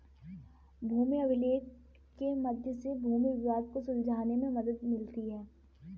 भूमि अभिलेख के मध्य से भूमि विवाद को सुलझाने में मदद मिलती है